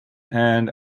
and